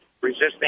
resisting